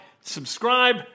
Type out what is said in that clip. Subscribe